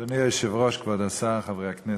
אדוני היושב-ראש, כבוד השר, חברי הכנסת,